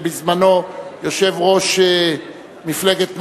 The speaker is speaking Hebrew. בזמנו יושב-ראש מפלגת מרצ,